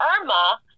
Irma